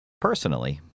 Personally